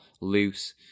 loose